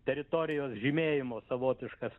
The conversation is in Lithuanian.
teritorijos žymėjimo savotiškas